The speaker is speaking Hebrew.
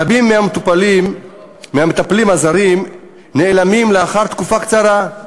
רבים מהמטפלים הזרים נעלמים לאחר תקופה קצרה.